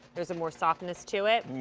there is a more softness to it.